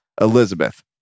Elizabeth